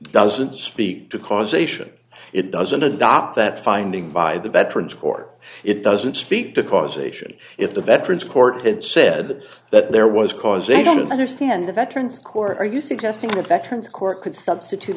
doesn't speak to causation it doesn't adopt that finding by the veterans court it doesn't speak to causation if the veterans court had said that there was because they didn't understand the veterans court are you suggesting a veterans court could substitute